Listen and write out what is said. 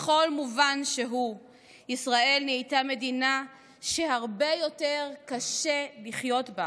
בכל מובן שהוא ישראל נהייתה מדינה שהרבה יותר קשה לחיות בה,